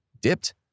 dipped